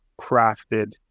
crafted